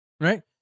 right